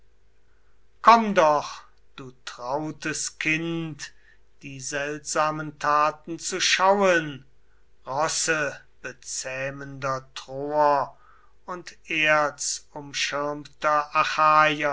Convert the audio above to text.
komm doch du trautes kind die seltsamen taten zu schauen rossebezähmender troer und erzumschirmter